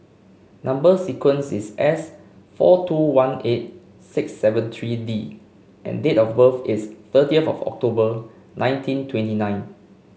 number sequence is S four two one eight six seven three D and date of birth is thirtieth of October nineteen twenty nine